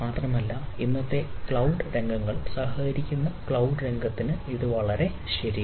മാത്രമല്ല ഇന്നത്തെ ക്ലൌഡ് രംഗങ്ങൾ സഹകരിക്കുന്ന ക്ലൌഡ് രംഗത്തിന് ഇത് വളരെ ശരിയാണ്